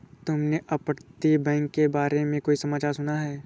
तुमने अपतटीय बैंक के बारे में कोई समाचार सुना है?